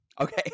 Okay